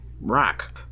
rock